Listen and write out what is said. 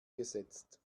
gesetzt